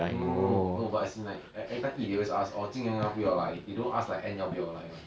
no no no no but as in like I everytime eat they always ask orh jing yuan 要不要来 they don't ask like ann 要不要来 [one]